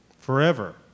forever